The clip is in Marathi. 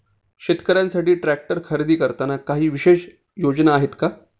शेतकऱ्यांसाठी ट्रॅक्टर खरेदी करताना काही विशेष योजना आहेत का?